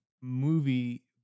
movie